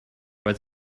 where